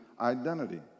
identity